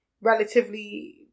relatively